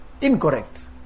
incorrect